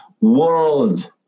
world